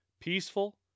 peaceful